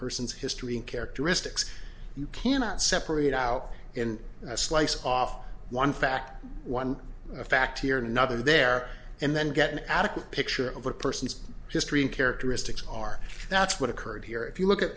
person's history and characteristics you cannot separate out in a slice off one fact one fact here another there and then get an adequate picture of a person's history in characteristics are that's what occurred here if you look at